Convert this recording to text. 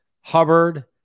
Hubbard